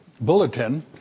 bulletin